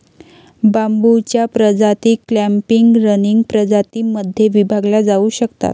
बांबूच्या प्रजाती clumping, running प्रजातीं मध्ये विभागल्या जाऊ शकतात